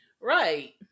Right